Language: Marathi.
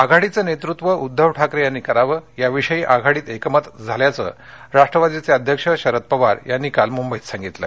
आघाडीचं नेतृत्व उद्दव ठाकरे यांनी करावं याविषयी आघाडीत एकमत झाल्याचं राष्ट्रवादीचे अध्यक्ष शरद पवार यांनी काल मुंबईत सांगितलं